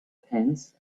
pence